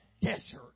desert